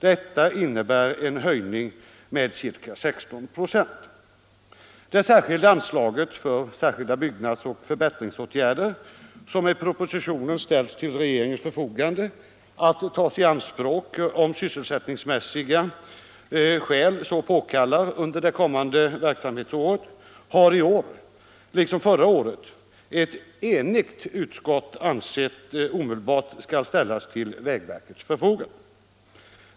Detta innebär en höjning med ca 16 96. Det särskilda anslaget för särskilda byggnadsoch förbättringsåtgärder, som i propositionen ställs till regeringens förfogande att tas i anspråk om sysselsättningsmässiga skäl så påkallar under det kommande verksamhetsåret, har ett enigt utskott i år liksom förra året ansett omedelbart skall ställas till vägverkets förfogande.